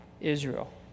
Israel